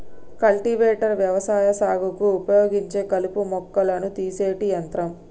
cultivator వ్యవసాయ సాగుకు ఉపయోగించే కలుపు మొక్కలను తీసేటి యంత్రం